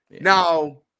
Now